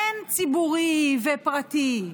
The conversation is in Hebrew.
אין ציבורי ופרטי.